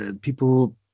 people